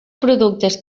productes